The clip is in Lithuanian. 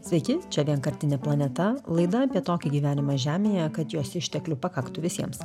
sveiki čia vienkartinė planeta laida apie tokį gyvenimą žemėje kad jos išteklių pakaktų visiems